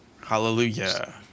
Hallelujah